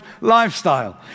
lifestyle